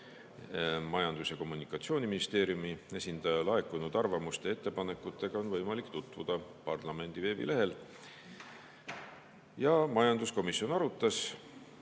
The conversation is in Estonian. Majandus‑ ja Kommunikatsiooniministeeriumi esindaja. Laekunud arvamuste ja ettepanekutega on võimalik tutvuda parlamendi veebilehel. Majanduskomisjon arutas